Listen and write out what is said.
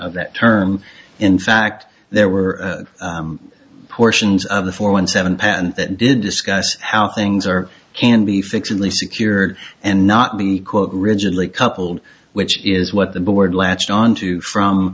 of that term in fact there were portions of the four one seven pen that did discuss how things are can be fictionally secured and not be quote rigidly coupled which is what the board latched onto from